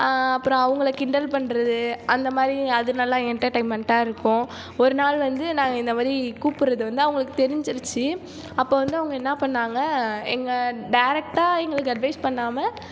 அப்புறம் அவங்கள கிண்டல் பண்ணுறது அந்த மாதிரி அது நல்லா என்டர்டைன்மெண்ட்டாக இருக்கும் ஒரு நாள் வந்து நாங்கள் இந்த மாதிரி கூப்பிட்றது வந்து அவங்களுக்குத் தெரிஞ்சிருச்சு அப்போ வந்து அவங்க என்ன பண்ணாங்க எங்கள் டேரெக்டாக எங்களுக்கு அட்வைஸ் பண்ணாமல்